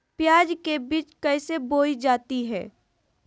प्याज के बीज कैसे बोई जाती हैं?